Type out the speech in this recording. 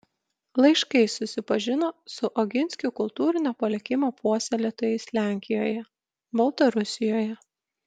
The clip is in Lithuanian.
laiškais susipažino su oginskių kultūrinio palikimo puoselėtojais lenkijoje baltarusijoje